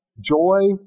joy